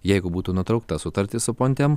jeigu būtų nutraukta sutartis su pontem